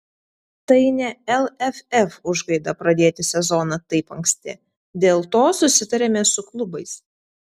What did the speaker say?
tai ne lff užgaida pradėti sezoną taip anksti dėl to susitarėme su klubais